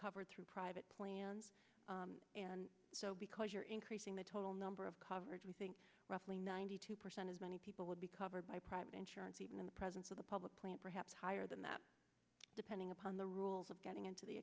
covered through private plans and so because you're increasing the total number of coverage we think roughly ninety two percent of many people would be covered by private insurance even in the presence of a public plan perhaps higher than that depending upon the rules of getting into the